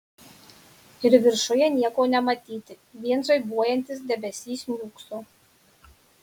ir viršuje nieko nematyti vien žaibuojantis debesys niūkso